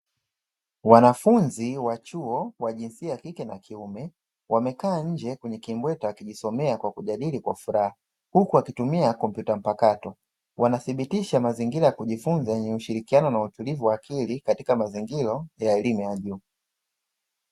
Wanafunzi wa chuo wa jinsia ya kike na kiume, wamekaa nje kwenye kimbweta wakijisomea kwa kujadili kwa furaha huku wakitumia kompyuta mpakato. Wanathibitisha mazingira ya kujifunza yenye ushirikiano na utulivu wa akili katika ngazi hiyo ya elimu ya juu.